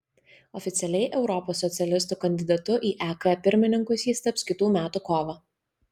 oficialiai europos socialistų kandidatu į ek pirmininkus jis taps kitų metų kovą